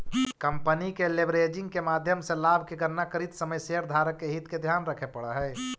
company के leveraging के माध्यम से लाभ के गणना करित समय शेयरधारक के हित के ध्यान रखे पड़ऽ हई